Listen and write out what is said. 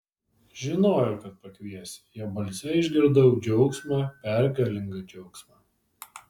žinojau kad pakviesi jo balse išgirdau džiaugsmą pergalingą džiaugsmą